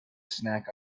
snack